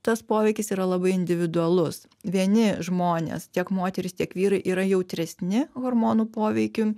tas poveikis yra labai individualus vieni žmonės tiek moterys tiek vyrai yra jautresni hormonų poveikiui